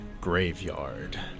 graveyard